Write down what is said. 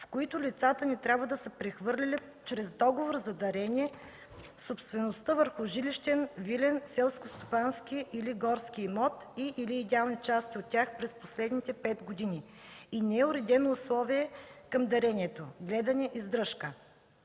с които лицата не трябва да са прехвърляли чрез договор за дарение собствеността върху жилищен, вилен, селскостопански или горски имот и/или идеални части от тях през последните пет години и не е уредено условие към дарението – гледане, издръжка.